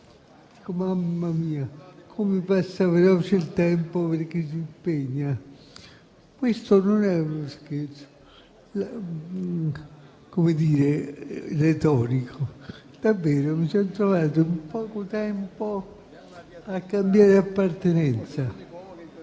Mamma mia, come passa veloce il tempo per chi si impegna. Questo non è uno scherzo retorico: davvero mi sono trovato in poco tempo a cambiare appartenenza